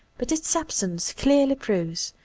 but its absence clearly proves,